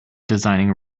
designing